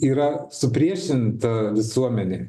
yra supriešinta visuomenė